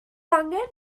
angen